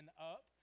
up